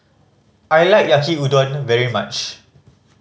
I like Yaki Udon very much